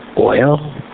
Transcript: oil